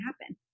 happen